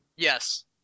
Yes